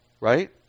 right